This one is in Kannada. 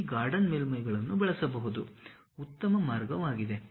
ಈ ಗಾರ್ಡನ್ ಮೇಲ್ಮೈಗಳನ್ನು ಬಳಸುವುದು ಉತ್ತಮ ಮಾರ್ಗವಾಗಿದೆ